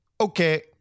Okay